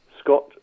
Scott